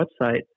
website